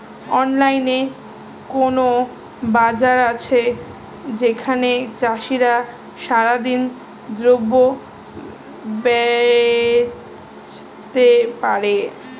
অনলাইনে কোনো বাজার আছে যেখানে চাষিরা সরাসরি দ্রব্য বেচতে পারে?